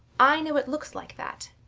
i know it looks like that.